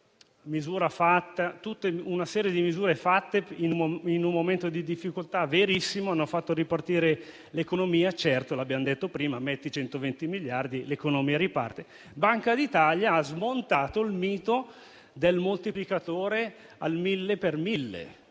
una serie di misure fatte in un momento di difficoltà, il che è verissimo, che hanno fatto ripartire l'economia, ed è vero, lo abbiamo detto prima che se investi 120 miliardi l'economia riparte. Banca d'Italia, però, ha smontato il mito del moltiplicatore al mille per mille: